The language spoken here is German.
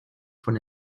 von